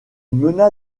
mena